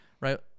right